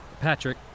Patrick